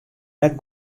net